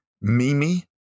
Mimi